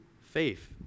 faith